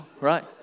right